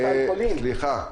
חברים, סליחה.